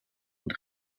und